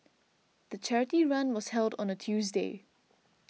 the charity run was held on a Tuesday